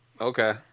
Okay